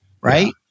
Right